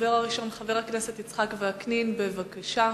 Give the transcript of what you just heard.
הדובר הראשון, חבר הכנסת יצחק וקנין, בבקשה.